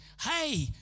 Hey